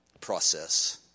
process